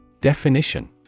DEFINITION